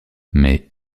mais